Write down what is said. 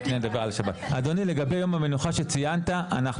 אדוני לגבי יום המנוחה שציינת אנחנו